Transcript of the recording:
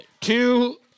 two